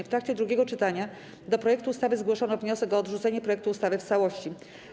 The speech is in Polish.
W trakcie drugiego czytania do projektu ustawy zgłoszono wniosek o odrzucenie projektu ustawy w całości.